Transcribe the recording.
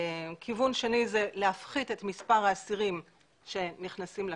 כיוון שני זה להפחית את מספר האסירים שנכנסים לכלא,